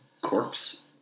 Corpse